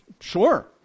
Sure